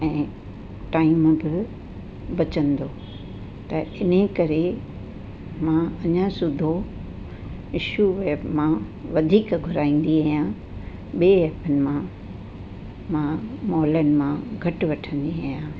ऐं टाइम बि बचंदो त इन्हीअ करे मां अञा सुढो मिशो एप मां वधीक घुराईंदी आहियां ॿिएं हंधु मां मां मॉलनि मां घटि वठंदी आहियां